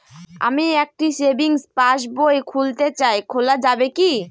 আমি একটি সেভিংস পাসবই খুলতে চাই খোলা যাবে কি?